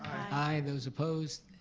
aye. those opposed,